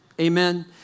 Amen